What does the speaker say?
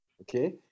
Okay